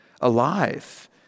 alive